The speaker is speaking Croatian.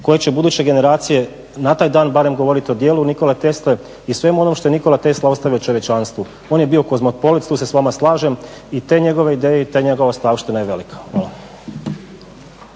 koja će buduće generacije na taj dan barem govoriti o djelu Nikole Tesle i svemu onome što je Nikola Tesla ostavio čovječanstvu. On je bio kozmopolit, tu se s vama slažem i te njegove ideje i ta njegova ostavština je velika. Hvala.